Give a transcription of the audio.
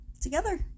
Together